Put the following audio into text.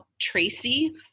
tracy